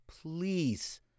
please